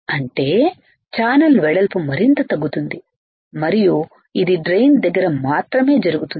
అంటే ఛానల్ వెడల్పు మరింత తగ్గుతుంది మరియు ఇది డ్రెయిన్ దగ్గర మాత్రమే జరుగుతుంది